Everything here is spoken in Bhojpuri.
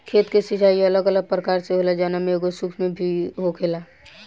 खेत के सिचाई अलग अलग प्रकार से होला जवना में एगो सूक्ष्म सिंचाई भी होखेला